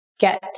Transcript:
Get